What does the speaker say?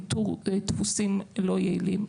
איתור דפוסים לא יעילים,